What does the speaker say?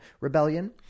Rebellion